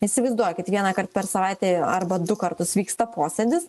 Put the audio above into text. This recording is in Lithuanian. įsivaizduokit vienąkart per savaitę arba du kartus vyksta posėdis